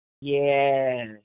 Yes